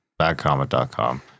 Badcomet.com